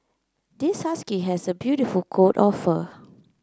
this husky has a beautiful coat of fur